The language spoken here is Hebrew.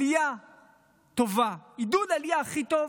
עלייה טובה, עידוד העלייה הכי טוב